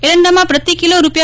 એરંડામાં પ્રતિ કિલો રૂા